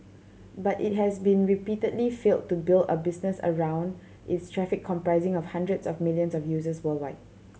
but it has been repeatedly failed to build a business around its traffic comprising of hundreds of millions of users worldwide